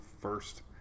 first